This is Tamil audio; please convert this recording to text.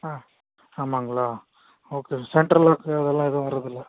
ஆ ஆமாங்களா ஓகே சென்டர் லாக்கு அதெல்லாம் எதுவும் வரதில்லை